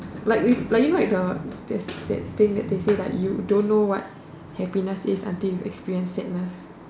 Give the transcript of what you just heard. like like you know there's that thing that they say you don't know what happiness is until you experience sadness